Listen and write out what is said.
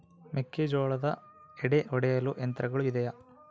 ಮೆಕ್ಕೆಜೋಳದ ಎಡೆ ಒಡೆಯಲು ಯಂತ್ರಗಳು ಇದೆಯೆ?